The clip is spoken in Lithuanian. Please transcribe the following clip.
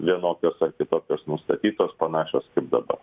vienokios ar kitokios nustatytos panašios kaip dabar